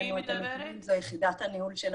את הנתונים זו יחידת הניהול של הפרקליטות.